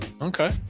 Okay